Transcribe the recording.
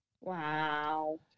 Wow